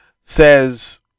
says